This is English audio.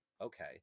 okay